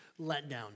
letdown